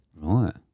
right